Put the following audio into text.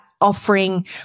offering